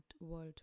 world